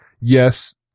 Yes